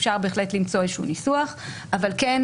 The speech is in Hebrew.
אפשר בהחלט למצוא איזשהו ניסוח אבל אני כן